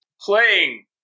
playing